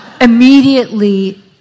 immediately